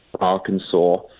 Arkansas